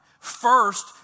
First